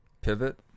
Pivot